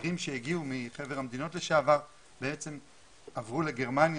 מהגרים שהגיעו מחבר המדינות לשעבר עברו לגרמניה,